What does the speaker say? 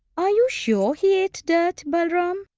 are you sure he ate dirt, balaram?